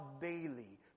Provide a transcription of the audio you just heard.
daily